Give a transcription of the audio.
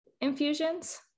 infusions